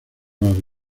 las